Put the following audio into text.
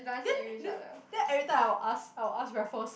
then then then every time I will ask I will ask Raffles